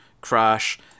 Crash